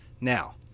Now